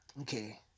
Okay